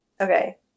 Okay